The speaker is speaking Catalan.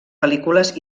pel·lícules